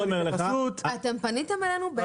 אתם פניתם אלינו?